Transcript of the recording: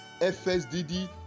FSDD